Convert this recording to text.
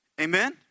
Amen